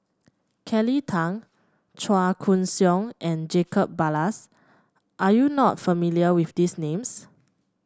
Kelly Tang Chua Koon Siong and Jacob Ballas are you not familiar with these names